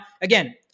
again